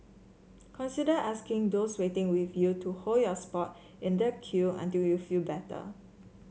consider asking those waiting with you to hold your spot in the queue until you feel better